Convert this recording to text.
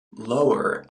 lower